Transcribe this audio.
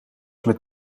met